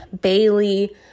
Bailey